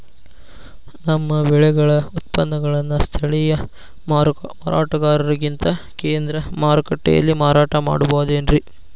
ನಮ್ಮ ಬೆಳೆಗಳ ಉತ್ಪನ್ನಗಳನ್ನ ಸ್ಥಳೇಯ ಮಾರಾಟಗಾರರಿಗಿಂತ ಕೇಂದ್ರ ಮಾರುಕಟ್ಟೆಯಲ್ಲಿ ಮಾರಾಟ ಮಾಡಬಹುದೇನ್ರಿ?